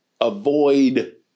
avoid